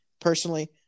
Personally